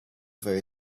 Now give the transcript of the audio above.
very